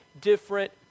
different